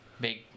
big